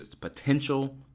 potential